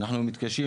אנחנו מתקשים,